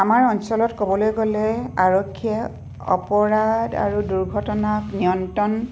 আমাৰ অঞ্চলত ক'বলৈ গ'লে আৰক্ষীয়ে অপৰাধ আৰু দুৰ্ঘটনাক নিয়ন্ত্ৰণ